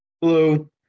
Hello